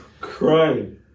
Crying